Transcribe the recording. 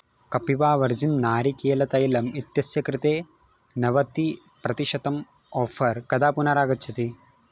Kapiva virgin नारिकेलतैलम् इत्यस्य कृते नवतिप्रतिशतम् आफ़र् कदा पुनरागच्छति